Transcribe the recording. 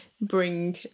bring